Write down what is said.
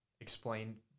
explain